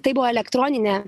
tai buvo elektronine